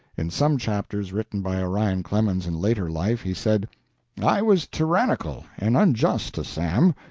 in some chapters written by orion clemens in later life, he said i was tyrannical and unjust to sam.